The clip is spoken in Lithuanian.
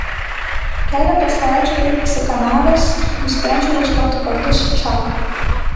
keletą savaičių taip pasikamavęs nusprendžiau ieškoti kartu su čaku